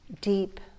deep